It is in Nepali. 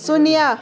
शून्य